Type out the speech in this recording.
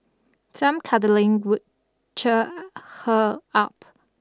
some cuddling would cheer her up